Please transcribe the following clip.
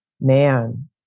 Man